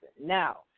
Now